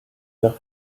vert